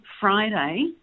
Friday